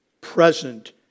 present